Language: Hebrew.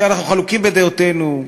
תראה, אנחנו חלוקים בדעותינו.